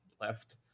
left